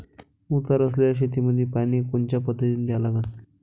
उतार असलेल्या शेतामंदी पानी कोनच्या पद्धतीने द्या लागन?